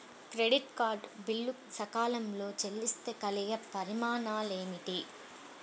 Credit card bill సకాలంలో చెల్లిస్తే కలిగే పరిణామాలేమిటి?